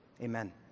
Amen